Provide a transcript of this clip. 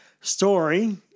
Story